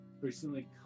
recently